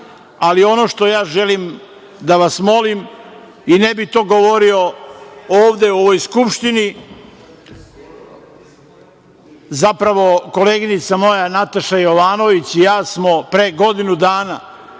ali ono što ja želim da vas molim i ne bih to govorio ovde u ovoj Skupštini, zapravo, koleginica moja Nataša Jovanović i ja smo pre godinu dana